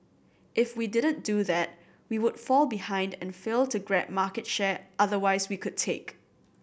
if we didn't do that we would fall behind and fail to grab market share otherwise we could take